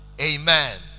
Amen